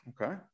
okay